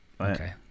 Okay